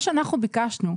אנחנו ביקשנו,